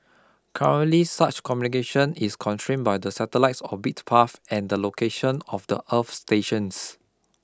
currently such communication is constrained by the satellite's orbit path and the location of the earth stations